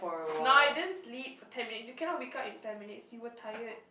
no you didn't sleep for ten minutes you cannot wake up in ten minutes you were tired